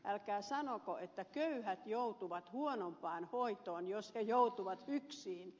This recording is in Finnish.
älkää sanoko että köyhät joutuvat huonompaan hoitoon jos he joutuvat hyksiin